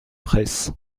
fraysse